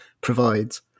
provides